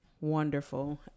wonderful